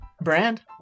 Brand